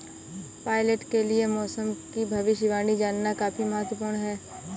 pilot के लिए मौसम की भविष्यवाणी जानना काफी महत्त्वपूर्ण है